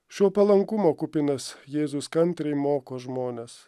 šio palankumo kupinas jėzus kantriai moko žmones